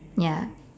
ya